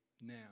now